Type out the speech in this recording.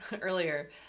earlier